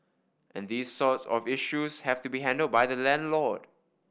and these sort of issues have to be handled by the landlord